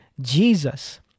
Jesus